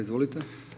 Izvolite.